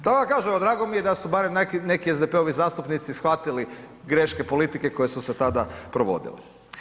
Tako da kažem, drago mi je da su barem neki SDP-ovi zastupnici shvatili greške politike koje su se tada provodile.